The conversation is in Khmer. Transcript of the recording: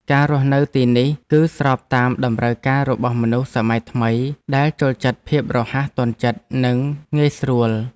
ការរស់នៅទីនេះគឺស្របតាមតម្រូវការរបស់មនុស្សសម័យថ្មីដែលចូលចិត្តភាពរហ័សទាន់ចិត្តនិងងាយស្រួល។